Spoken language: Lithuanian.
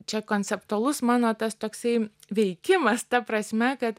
čia konceptualus mano tas toksai veikimas ta prasme kad